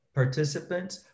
participants